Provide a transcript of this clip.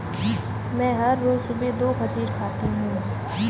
मैं हर रोज सुबह दो खजूर खाती हूँ